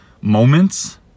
moments